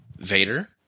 Vader